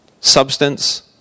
substance